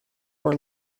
were